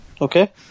Okay